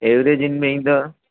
एल्डेजिन में ईंदव